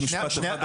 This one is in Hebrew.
רק משפט אחד.